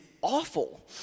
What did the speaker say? awful